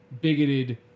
bigoted